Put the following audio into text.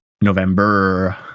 November